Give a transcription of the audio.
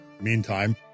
Meantime